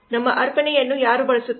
ನಮ್ಮ ಅರ್ಪಣೆಯನ್ನು ಯಾರು ಬಳಸುತ್ತಾರೆ